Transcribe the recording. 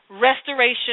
restoration